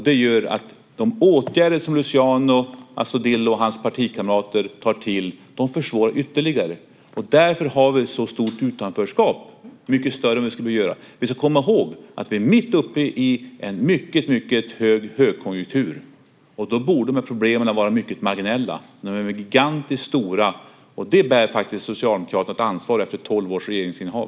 Det gör att de åtgärder som Luciano Astudillo och hans partikamrater tar till försvårar ytterligare, och därför har vi ett så stort utanförskap, mycket större än vi skulle behöva. Vi ska komma ihåg att vi är mitt uppe i en mycket stark högkonjunktur. Då borde de här problemen vara mycket marginella, men de är gigantiskt stora, och det bär faktiskt Socialdemokraterna ansvaret för efter tolv års regeringsinnehav.